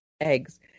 Eggs